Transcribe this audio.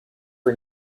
for